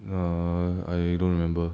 err I don't remember